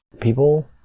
people